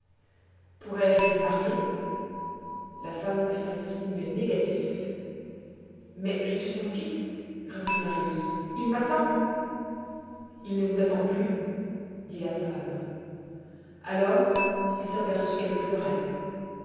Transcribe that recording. pourrais-je lui parler la femme fit un signe négatif mais je suis son fils reprit marius il m'attend il ne vous attend plus dit la femme alors il s'aperçut qu'elle pleurait